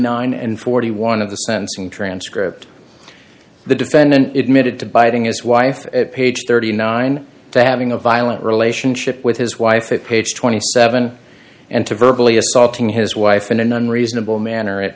hundred and forty one of the sentencing transcript the defendant admitted to biting his wife page thirty nine that having a violent relationship with his wife and page twenty seven and to virtually assaulting his wife in an unreasonable manner at